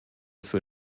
für